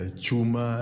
chuma